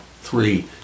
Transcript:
three